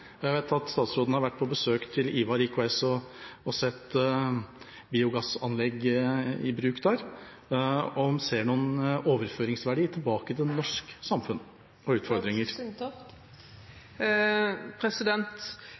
jeg vet at statsråden har vært på besøk hos IVAR IKS og sett biogassanlegget i bruk der. Ser hun noen overføringsverdi tilbake til norsk samfunn – og utfordringer?